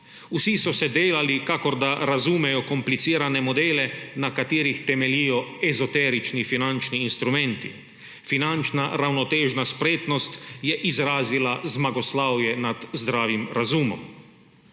Vsi so se delali, kakor da razumejo komplicirane modele, na katerih temeljijo ezoterični finančni instrumenti, finančna ravnotežna spretnost je izrazila zmagoslavje nad zdravim razumom.